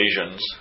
occasions